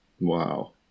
Wow